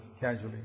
casually